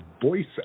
voice